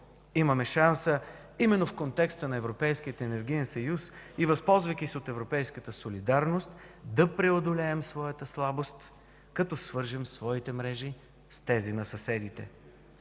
Имаме шанса именно в контекста на Европейския енергиен съюз и възползвайки се от европейската солидарност да преодолеем своята слабост, като свържем своите мрежи с тези на съседите.